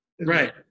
right